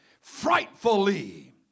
frightfully